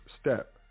step